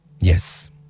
Yes